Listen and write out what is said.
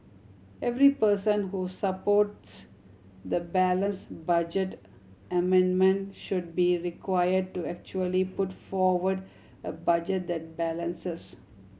every person who supports the balanced budget amendment should be required to actually put forward a budget that balances